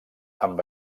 amb